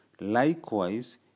Likewise